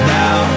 now